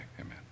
Amen